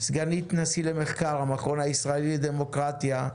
סגנית הנשיא למחקר, המכון הישראלי לדמוקרטיה,